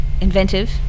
inventive